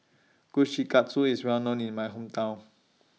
Kushikatsu IS Well known in My Hometown